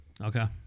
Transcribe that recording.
Okay